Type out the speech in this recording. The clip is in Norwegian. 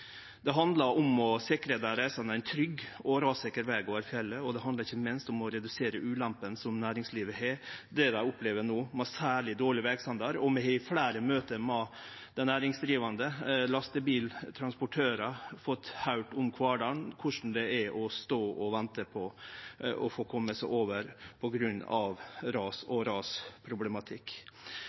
Det handlar om å sikre dei reisande ein trygg og rassikker veg over fjellet, og det handlar ikkje minst om å redusere ulempa som næringslivet har. Dei opplever no særleg dårleg vegstandard, og vi har i fleire møte med dei næringsdrivande og lastebiltransportørar fått høyre om kvardagen, korleis det er å stå og vente på å få kome seg over på grunn av ras og rasproblematikk.